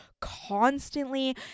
constantly